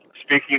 Speaking